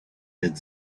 had